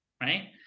right